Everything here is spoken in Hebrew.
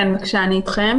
אטרקציות במלון.